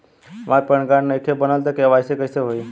हमार PAN card नईखे बनल त के.वाइ.सी कइसे होई?